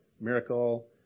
Miracle